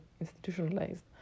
institutionalized